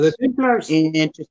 Interesting